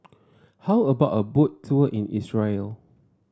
how about a Boat Tour in Israel